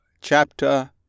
chapter